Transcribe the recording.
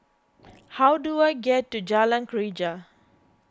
how do I get to Jalan Greja